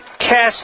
cast